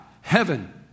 Heaven